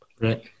right